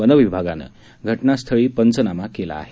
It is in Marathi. वनविभागानं घटनास्थळी पंचनामा केला आहे